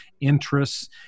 interests